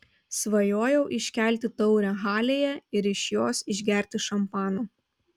svajojau iškelti taurę halėje ir iš jos išgerti šampano